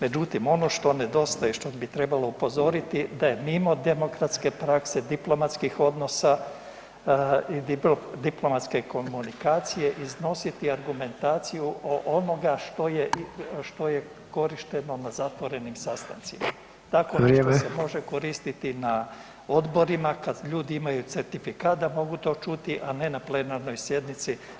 Međutim, ono što nedostaje i što bi trebalo upozoriti da je mimo demokratske prakse, diplomatskih odnosa i diplomatske komunikacije iznositi argumentaciju onoga što je korišteno na zatvorenim sastancima [[Upadica Sanader: Vrijeme.]] Takvo nešto se može koristiti na odborima kad ljudi imaju certifikat to čuti, a ne na plenarnoj sjednici.